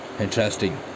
interesting